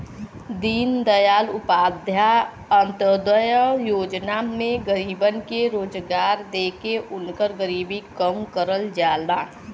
दीनदयाल उपाध्याय अंत्योदय योजना में गरीबन के रोजगार देके उनकर गरीबी कम करल जाला